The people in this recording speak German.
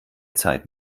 zeit